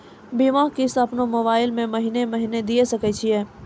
बीमा किस्त अपनो मोबाइल से महीने महीने दिए सकय छियै?